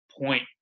point